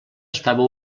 estava